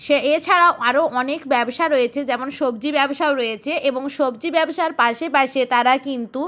সে এছাড়াও আরও অনেক ব্যবসা রয়েছে যেমন সবজি ব্যবসাও রয়েছে এবং সবজি ব্যবসার পাশে পাশে তারা কিন্তু